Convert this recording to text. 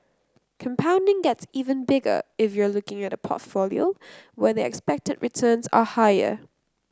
compounding gets even bigger if you're looking at a portfolio where the expected returns are higher